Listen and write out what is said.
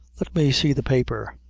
let me see the paper.